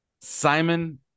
Simon